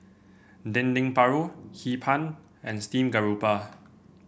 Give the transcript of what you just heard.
Dendeng Paru Hee Pan and Steamed Garoupa